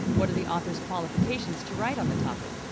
what are the author's qualifications to write on the topic?